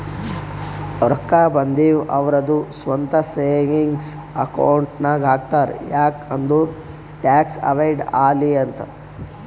ರೊಕ್ಕಾ ಬಂದಿವ್ ಅವ್ರದು ಸ್ವಂತ ಸೇವಿಂಗ್ಸ್ ಅಕೌಂಟ್ ನಾಗ್ ಹಾಕ್ತಾರ್ ಯಾಕ್ ಅಂದುರ್ ಟ್ಯಾಕ್ಸ್ ಅವೈಡ್ ಆಲಿ ಅಂತ್